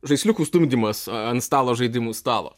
žaisliukų stumdymas ant stalo žaidimų stalo